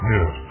Yes